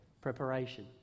preparation